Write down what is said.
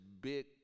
big